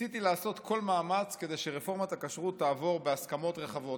ניסיתי לעשות כל מאמץ כדי שרפורמת הכשרות תעבור בהסכמות רחבות.